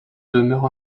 demeure